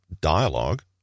dialogue